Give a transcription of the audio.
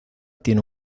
tiene